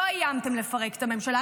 לא איימתם לפרק את הממשלה.